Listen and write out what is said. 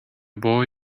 boy